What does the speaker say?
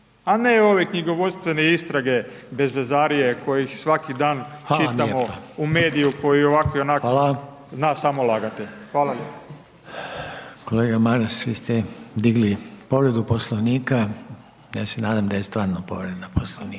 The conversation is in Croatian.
a ne ove knjigovodstvene istrage, bezvezarije, koje svaki dan čitamo u medijima, koji ovakvi i onako zna smo lagati. Hvala. **Reiner, Željko (HDZ)** Hvala. Kolega Maras, vi ste digli povredu Poslovnika, ja se nadam da je stvarno povreda Poslovnika.